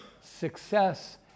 success